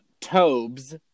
Tobes